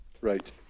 Right